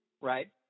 right